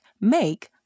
make